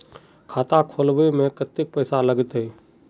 खाता खोलबे में कते पैसा लगते?